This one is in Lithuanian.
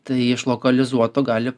tai iš lokalizuoto gali